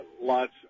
lots